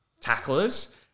tacklers